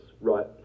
right